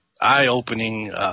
eye-opening